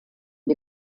die